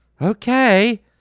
Okay